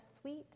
sweet